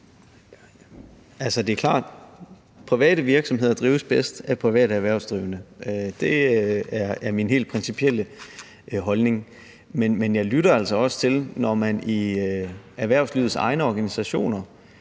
Altså, det er klart, at private virksomheder drives bedst af private erhvervsdrivende. Det er min helt principielle holdning, men jeg lytter altså også til, når man i erhvervslivets egne organisationer